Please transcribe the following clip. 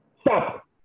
stop